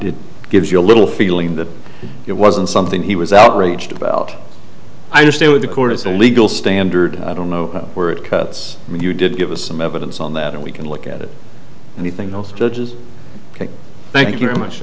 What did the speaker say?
it gives you a little feeling that it wasn't something he was outraged about i understand with the court as a legal standard i don't know where it cuts you did give us some evidence on that and we can look at it anything else judges thank you very much